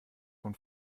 von